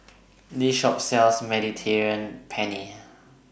This Shop sells Mediterranean Penne